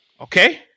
Okay